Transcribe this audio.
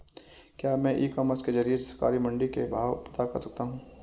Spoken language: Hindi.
क्या मैं ई कॉमर्स के ज़रिए सरकारी मंडी के भाव पता कर सकता हूँ?